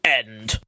end